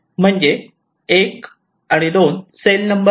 म्हणजे 1 2 cell number आहेत